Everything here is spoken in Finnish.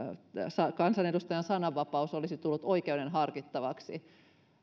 kansanedustajan sananvapaus olisi tullut oikeuden harkittavaksi